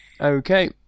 Okay